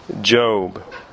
Job